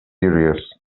serious